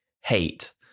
hate